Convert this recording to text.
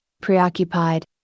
preoccupied